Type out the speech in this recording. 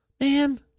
Man